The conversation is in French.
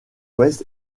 ouest